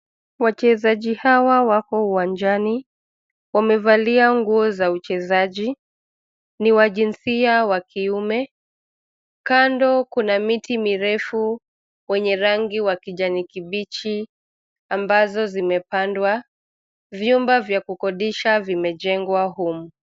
Wachezaji hawa wako uwanjani, wamevalia nguo za uchezaji. Ni wa jinsia wa kiume. Kando kuna miti mirefu, wenye rangi wa kijani kibichi, ambazo zimepandwa. Vyumba vya kukodisha vimejengwa humu.